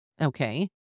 Okay